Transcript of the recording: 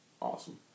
awesome